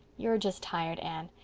you're just tired, anne.